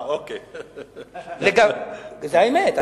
זו האמת.